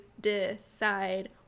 decide